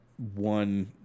one